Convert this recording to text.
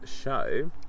show